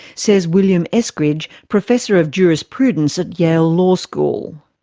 says william eskridge, professor of jurisprudence at yale law school.